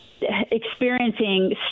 experiencing